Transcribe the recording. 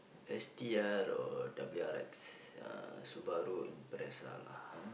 S_T_I or W_R_X uh Subaru Impreza lah